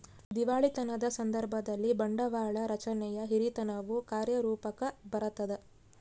ದಿವಾಳಿತನದ ಸಂದರ್ಭದಲ್ಲಿ, ಬಂಡವಾಳ ರಚನೆಯ ಹಿರಿತನವು ಕಾರ್ಯರೂಪುಕ್ಕ ಬರತದ